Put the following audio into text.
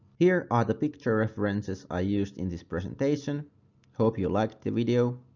here are the picture references are used in this presentation hope you liked the video!